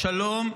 בשלום,